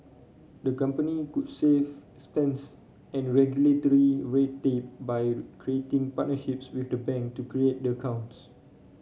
the company could save expense and regulatory red tape by creating partnerships with bank to create their accounts